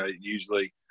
usually